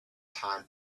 time